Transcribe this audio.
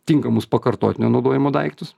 tinkamus pakartotinio naudojimo daiktus